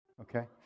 okay